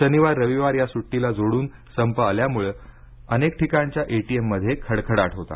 शनिवार रविवार या सुटीला जोडून संप आल्यामुळं अनेक ठिकाणच्या एटीएममध्ये खडखडाट होता